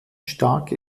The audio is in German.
stark